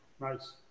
Nice